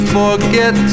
forget